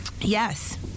yes